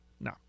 No